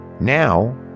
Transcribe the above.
Now